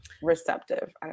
receptive